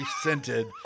scented